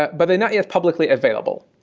but but they're not yet publicly available.